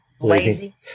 Lazy